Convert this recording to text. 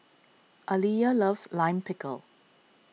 Aliyah loves Lime Pickle